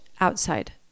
outside